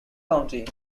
county